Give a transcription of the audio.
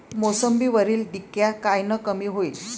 मोसंबीवरील डिक्या कायनं कमी होईल?